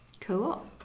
cool